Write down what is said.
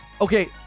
Okay